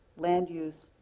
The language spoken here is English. land use,